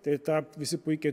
tai tą visi puikiai